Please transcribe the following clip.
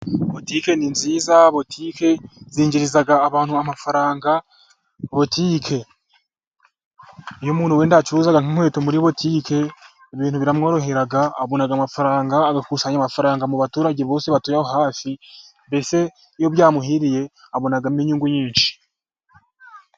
Butike ni nziza, butike zinjiriza abantu amafaranga. Butike, iyo umuntu wenda acuruza nk'inkweto muri butike, ibintu biramworohera. Abona amafaranga, agakusanya amafaranga mu baturage bose batuye aho hafi, mbese iyo byamuhiriye abonamo inyungu nyinshi.